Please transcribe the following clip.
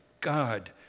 God